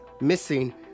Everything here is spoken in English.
missing